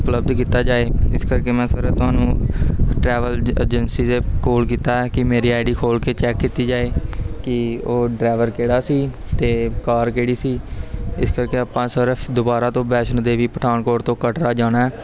ਉਪਲਬਧ ਕੀਤਾ ਜਾਏ ਇਸ ਕਰਕੇ ਮੈਂ ਸਰ ਤੁਹਾਨੂੰ ਟਰੈਵਲ ਏਜੰਸੀ ਦੇ ਕੋਲ ਕੀਤਾ ਹੈ ਕਿ ਮੇਰੀ ਆਈਡੀ ਖੋਲ੍ਹ ਕੇ ਚੈੱਕ ਕੀਤੀ ਜਾਏ ਕਿ ਉਹ ਡਰਾਈਵਰ ਕਿਹੜਾ ਸੀ ਅਤੇ ਕਾਰ ਕਿਹੜੀ ਸੀ ਇਸ ਕਰਕੇ ਆਪਾਂ ਸਰ ਦੁਬਾਰਾ ਤੋਂ ਵੈਸ਼ਨੋ ਦੇਵੀ ਪਠਾਣਕੋਟ ਤੋਂ ਕਟਰਾ ਜਾਣਾ